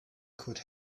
could